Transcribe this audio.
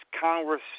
Congress